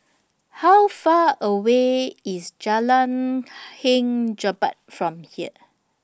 How Far away IS Jalan Hang Jebat from here